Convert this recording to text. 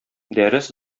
дәрес